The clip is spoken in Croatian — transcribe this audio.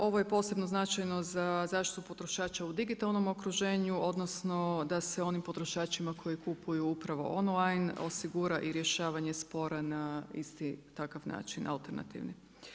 Ovo je posebno značajno za zaštitu potrošača u digitalnom okruženju odnosno da se onim potrošačima koji kupuju upravo online, osigura i rješavanje spora na isti takav način, alternativni.